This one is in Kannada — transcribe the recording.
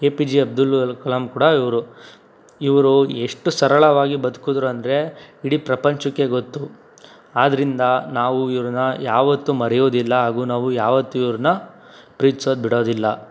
A P J Abdul Kalam ಕೂಡ ಇವರು ಇವರು ಎಷ್ಟು ಸರಳವಾಗಿ ಬದ್ಕಿದ್ರು ಅಂದರೆ ಇಡೀ ಪ್ರಪಂಚಕ್ಕೇ ಗೊತ್ತು ಆದ್ದರಿಂದ ನಾವು ಇವ್ರನ್ನು ಯಾವತ್ತೂ ಮರೆಯೋದಿಲ್ಲ ಹಾಗೂ ನಾವು ಯಾವತ್ತೂ ಇವ್ರನ್ನ ಪ್ರೀತ್ಸೋದು ಬಿಡೋದಿಲ್ಲ